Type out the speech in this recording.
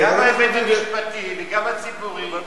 גם ההיבט המשפטי וגם הציבורי.